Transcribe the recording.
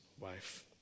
wife